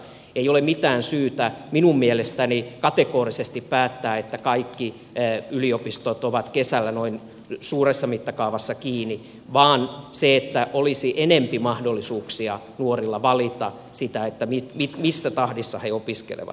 ei ole mitään syytä minun mielestäni kategorisesti päättää että kaikki yliopistot ovat kesällä noin suuressa mittakaavassa kiinni vaan että olisi enempi mahdollisuuksia nuorilla valita sitä missä tahdissa he opiskelevat